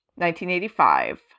1985